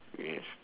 yes